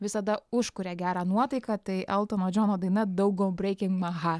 visada užkuria gerą nuotaiką tai eltono džono daina don gou breikin ma hat